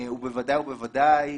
ובוודאי ובוודאי